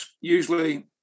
usually